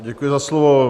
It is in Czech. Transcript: Děkuji za slovo.